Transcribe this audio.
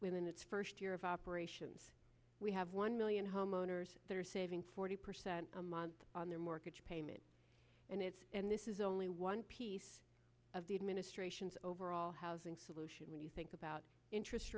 within its first year of operations we have one million homeowners that are saving forty percent a month on their mortgage payment and it's and this is only one piece of the administration's overall housing solution when you think about interest